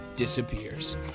disappears